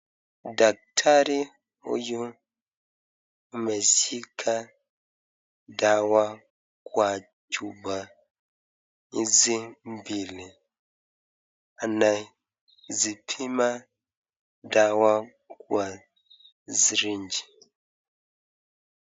Daktari huyu ameshika dawa kwa chupa hizi mbili. Anazipima dawa kwa sirinji.